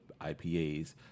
IPAs